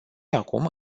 acum